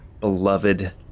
beloved